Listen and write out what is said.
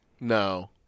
no